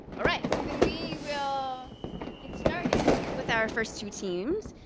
all right, so then we will get started with our first two teams.